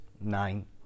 nine